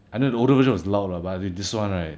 and then the older version was loud lah but then this [one] right